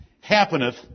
happeneth